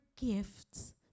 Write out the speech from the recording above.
gifts